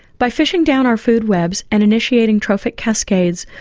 by fishing down our food webs and initiating trophic cascades,